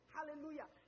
Hallelujah